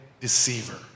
Deceiver